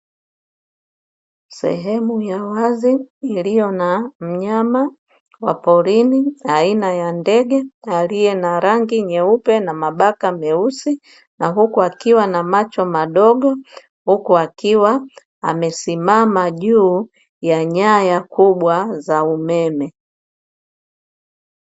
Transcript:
Sehemu ya wazi iliyona mnyama wa porini aina ya ndege aliye na rangi nyeupe na mabaka meusi na huku akiwa na macho madogo, huku akiwa amesimama juu ya nyaya kubwa za umeme.